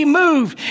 moved